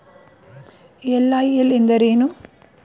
LIL ಎಂದರೇನು?